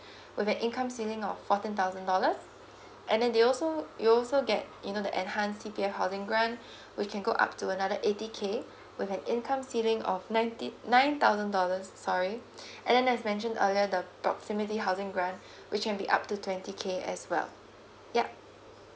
with the income ceiling of fourteen thousand dollars and then they also you also get you know the enhance C_P_F housing grant we can go up to another eighty K with an income ceiling of nineteen nine thousand dollars sorry and then there's mention earlier the proximity housing grant which can be up to twenty K as well yup